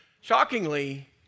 Shockingly